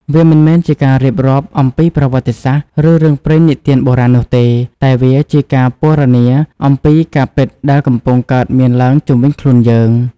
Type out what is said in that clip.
វាមិនមែនជាការរៀបរាប់អំពីប្រវត្តិសាស្ត្រ ឬរឿងព្រេងនិទានបុរាណនោះទេ តែវាជាការពណ៌នាអំពីការពិតដែលកំពុងកើតមានឡើងជុំវិញខ្លួនយើង។